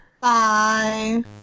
bye